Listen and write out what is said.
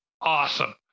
awesome